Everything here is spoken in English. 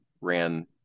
ran